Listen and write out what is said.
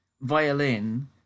violin